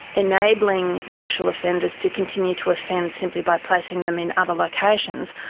enabling sexual offenders to continue to offend simply by placing them in other locations,